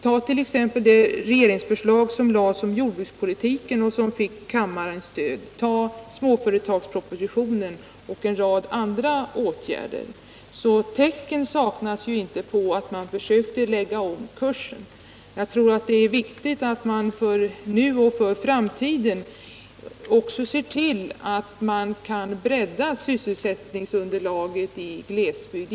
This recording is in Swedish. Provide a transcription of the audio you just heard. Tag t.ex. det regeringsförslag om jordbrukspolitiken som lades fram och som fick kammarens stöd, eller tag småföretagspropositionen och en rad andra åtgärder. Tecken saknas således inte på att man försökte lägga om kursen. Jag tror det är viktigt att man nu och för framtiden också ser till att man kan bredda sysselsättningsunderlaget i glesbygd.